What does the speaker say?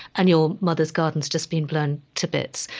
and your mother's garden's just been blown to bits?